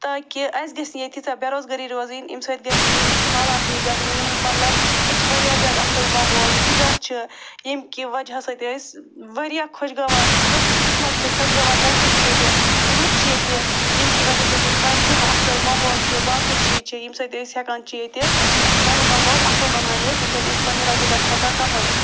تاکہِ اَسہِ گَژھِ نہٕ ییٚتہِ تیٖژاہ بے روزگٲری روزٕنۍ ییٚمہِ سۭتۍ گَژھِ ییٚتِچ حالات ٹھیٖک گَژھٕنۍ یِم مطلب ییٚتہِ وارِیاہ زیادٕ اصٕل ماحول فِزا چھُ ییٚمہِ کہِ وجہ سۭتۍ أسۍ وارِیاہ خۄش گوار تہٕ خۄش قٕسمت چھِ خۄشگوار موسُم چھُ ییتہِ لُکھ چھِ ییٚتہِ ییٚمہِ کہِ وجہ سۭتۍ ییٚتہِ وارِیاہ اصٕل ماحول چھُ باقی چیٖز چھِ ییٚمہِ سۭتۍ أسۍ ہٮ۪کان چھِ ییٚتہِ پنُن ماحول اصٕل بنٲیِتھ ییٚمہِ سۭتۍ أسۍ پنٛنہِ رۄپیہِ دَہ چھِ ہٮ۪کان کمٲیِتھ